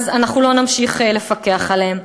אנחנו לא נמשיך לפקח עליהם.